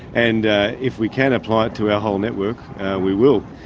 and if we can apply it to our whole network we will.